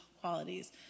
qualities